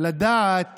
לדעת